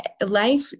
life